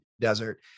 desert